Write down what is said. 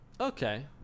Okay